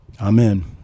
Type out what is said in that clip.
Amen